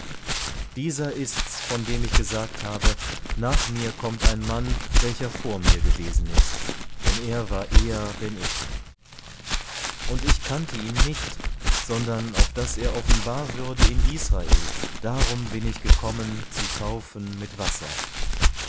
dieser ist's von dem ich gesagt habe nach mir kommt ein mann welcher vor mir gewesen ist denn er war eher denn ich und ich kannte ihn nicht sondern auf daß er offenbar würde in israel darum bin ich gekommen zu taufen mit wasser